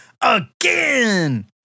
again